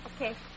Okay